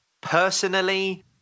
Personally